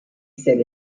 sit